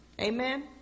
Amen